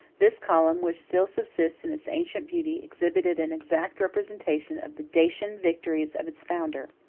this column, which still subsists in its ancient beauty, exhibited an exact representation of the dacian victories of its founder.